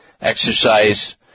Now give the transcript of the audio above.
exercise